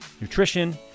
nutrition